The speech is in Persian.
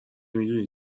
میدونی